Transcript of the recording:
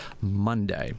Monday